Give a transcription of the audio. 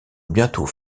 bientôt